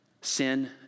sin